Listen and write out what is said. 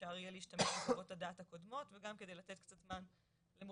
שאפשר יהיה להשתמש בחוות הדעת הקודמות וגם לתת קצת זמן למורשי